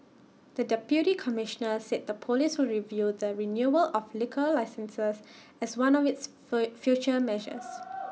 the deputy Commissioner said the Police will review the renewal of liquor licences as one of its future measures